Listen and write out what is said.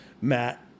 Matt